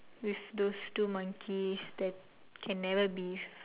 with those two monkeys that can never be